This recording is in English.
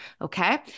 Okay